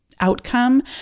outcome